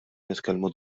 nitkellmu